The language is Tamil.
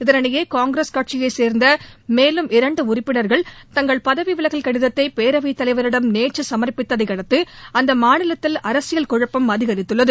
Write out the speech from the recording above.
இதனிடையே காங்கிரஸ் கட்சியை சேர்ந்த மேலும் இரண்டு உறுப்பினர்கள் தங்கள் பதவி விலகல் கடிதத்தை பேரவைத்தலைவரிடம் நேற்று சமர்ப்பித்ததையடுத்து அந்த மாநிலத்தில் அரசியல் குழப்பம் அதிகரித்துள்ளது